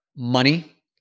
money